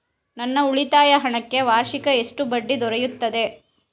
ನನ್ನ ಉಳಿತಾಯ ಹಣಕ್ಕೆ ವಾರ್ಷಿಕ ಎಷ್ಟು ಬಡ್ಡಿ ದೊರೆಯುತ್ತದೆ?